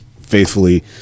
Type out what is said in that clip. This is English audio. faithfully